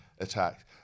attacks